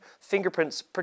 fingerprints